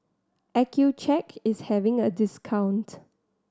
accucheck is having a discount